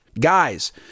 Guys